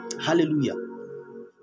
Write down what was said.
Hallelujah